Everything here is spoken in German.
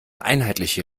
einheitliche